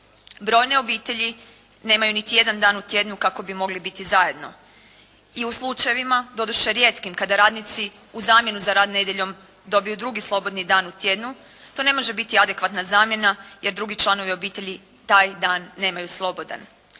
Brojne obitelji nemaju niti jedan dan u tjednu kako bi mogli biti zajedno. I u slučajevima, doduše rijetkim, kada radnici u zamjenu za rad nedjeljom dobiju drugi slobodni dan u tjednu, to ne može biti adekvatna zamjena jer drugi članovi obitelji taj dan nemaju slobodan.